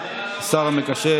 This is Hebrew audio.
מי בעד?